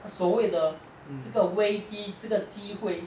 所谓的这个危机这个机会